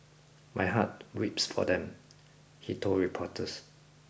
my heart weeps for them he told reporters